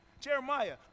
Jeremiah